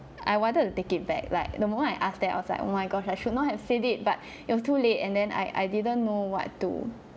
I wanted to take it back like number one I ask that I was like oh my gosh I should not have said it but it was to late and then I I didn't know what to